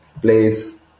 place